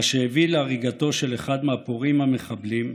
מה שהביא להריגתו של אחד מהפורעים המחבלים,